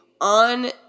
on